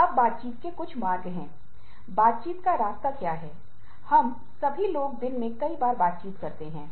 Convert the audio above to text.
और विभिन्न मॉडल हैं जो कार्य संतुलन के बारेमे बताते हैं